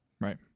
Right